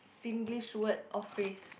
Singlish word or phrase